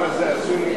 התשע"א 2011,